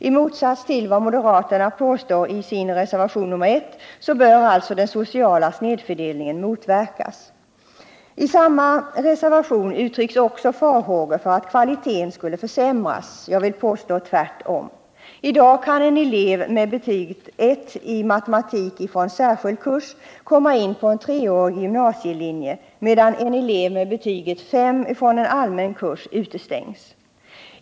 I motsats till vad moderaterna påstår i reservation nr 1 bör alltså den sociala snedfördelningen motverkas. I samma reservation uttrycks också farhågor för att kvaliteten skulle försämras. Jag vill påstå motsatsen. I dag kan en elev med betyget 1 i matematik från särskild kurs komma in på en treårig gymnasielinje, medan en elev med betyget 5 från allmän kurs utestängs.